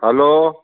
hello